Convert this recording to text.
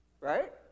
right